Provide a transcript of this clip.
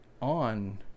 on